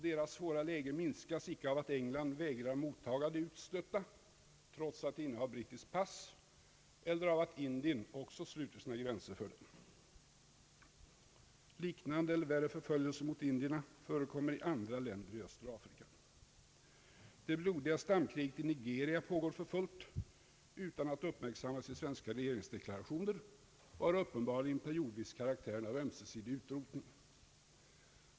Deras svåra läge minskas icke av att England vägrar att mottaga de utstötta trots att de innehar brittiskt pass och av att Indien sluter sina gränser för dem. Liknande förföljelser mot indierna förekommer i andra länder i östra Afrika. Det blodiga stamkriget i Nigeria pågår för fullt utan att uppmärksammas i svenska regeringsdeklarationer och har uppenbarligen periodvis karaktären av ömsesidig utrotning.